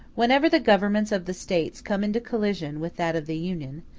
whenever the governments of the states come into collision with that of the union,